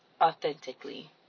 authentically